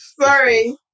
Sorry